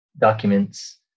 documents